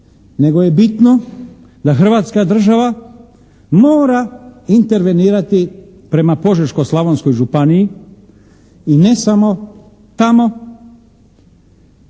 nego je bitno da Hrvatska država mora intervenirati prema Požeško-Slavonskoj županiji i ne samo tamo